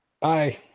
Bye